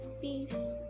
peace